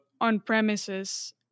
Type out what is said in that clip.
on-premises